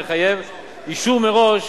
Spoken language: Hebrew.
המחייב אישור מראש